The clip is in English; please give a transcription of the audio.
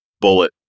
bullet